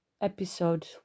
episode